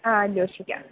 ആഹ് അന്വേഷിക്കാം